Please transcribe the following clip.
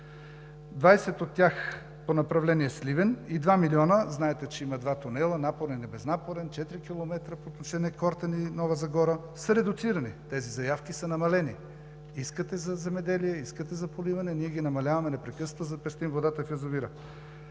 20 от тях по направление Сливен и 2 милиона, знаете, че има два тунела – напорен и безнапорен, 4 км по отношение на Кортен и Нова Загора, са редуцирани – тези заявки са намалени. Искате за земеделие, искате за поливане – ние ги намаляваме непрекъснато (председателят дава